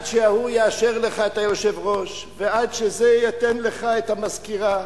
עד שההוא יאשר לך את היושב-ראש ועד שזה ייתן לך את המזכירה,